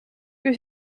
que